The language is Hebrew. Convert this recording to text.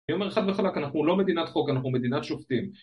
אני אומר חד וחלק, אנחנו לא מדינת חוק, אנחנו מדינת שופטים